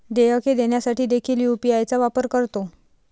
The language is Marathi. देयके देण्यासाठी देखील यू.पी.आय चा वापर करतो